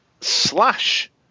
slash